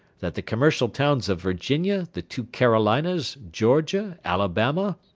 that the commercial towns of virginia, the two carolinas, georgia, alabama,